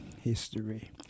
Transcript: history